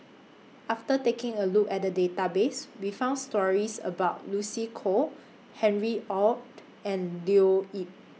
after taking A Look At The Database We found stories about Lucy Koh Harry ORD and Leo Yip